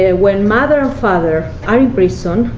ah when mother and father are in prison,